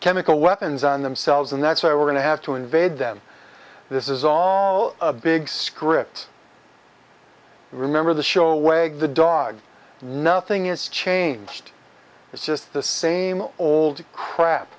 chemical weapons on themselves and that's why we're going to have to invade them this is all a big scripts remember the show away of the dog nothing is changed it's just the same old crap